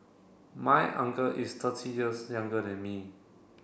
my uncle is thirty years younger than me